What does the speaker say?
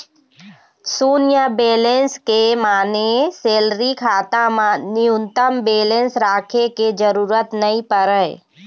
सून्य बेलेंस के माने सेलरी खाता म न्यूनतम बेलेंस राखे के जरूरत नइ परय